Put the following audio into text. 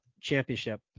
championship